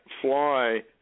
fly